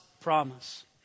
promise